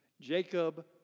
Jacob